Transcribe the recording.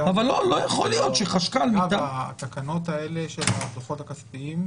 אבל לא יכול להיות שחשכ"ל --- התקנות האלה של התקינה החשבונאית,